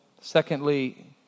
Secondly